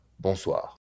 bonsoir